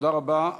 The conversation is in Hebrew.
תודה רבה.